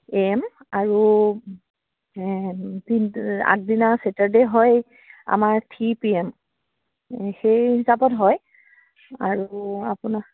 এ' M আৰু তিনিটা আগদিনা ছেটাৰডে' হয় আমাৰ থ্ৰী পি এম সেই হিচাপত হয় আৰু আপোনাৰ